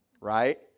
right